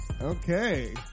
Okay